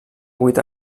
vuit